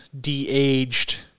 de-aged